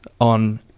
on